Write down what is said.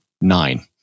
nine